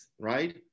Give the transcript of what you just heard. right